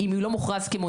אם הוא לא מוכרז כמונופול,